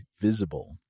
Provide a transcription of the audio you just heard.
Visible